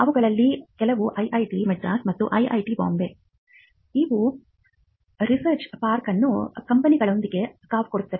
ಅವುಗಳಲ್ಲಿ ಕೆಲವು ಐಐಟಿ ಮದ್ರಾಸ್ ಮತ್ತು ಐಐಟಿ ಬಾಂಬೆ ಇವು ರಿಸರ್ಚ್ ಪಾರ್ಕ್ ಅನ್ನು ಕಂಪನಿಗಳೊಂದಿಗೆ ಕಾವುಕೊಡುತ್ತವೆ